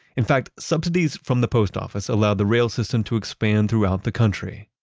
in fact, subsidies from the post office allowed the rail system to expand throughout the country.